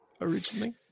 originally